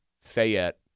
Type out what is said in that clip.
Fayette